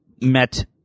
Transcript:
met